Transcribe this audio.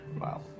Wow